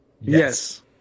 Yes